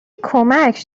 کمک